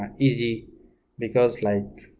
and easy because like